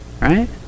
right